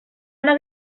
una